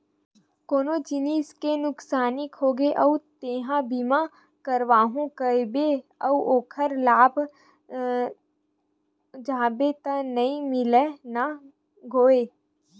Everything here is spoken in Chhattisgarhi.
कोनो जिनिस के नुकसानी होगे अउ तेंहा बीमा करवाहूँ कहिबे अउ ओखर लाभ चाहबे त नइ मिलय न गोये